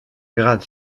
grade